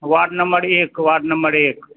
ward number एक ward number एक